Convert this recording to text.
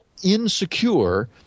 Insecure